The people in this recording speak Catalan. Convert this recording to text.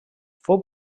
fou